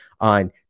on